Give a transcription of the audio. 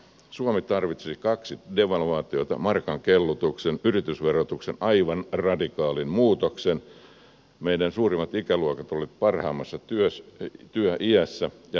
suomi tarvitsi kaksi devalvaatiota markan kellutuksen yritysverotuksen aivan radikaalin muutoksen meidän suurimmat ikäluokat olivat parhaassa työiässä ja nokian nousu